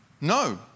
No